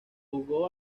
jugó